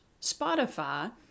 Spotify